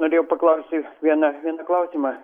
norėjau paklausti vieną vieną klausimą